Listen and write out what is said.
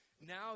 Now